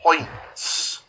points